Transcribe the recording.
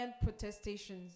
protestations